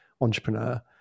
entrepreneur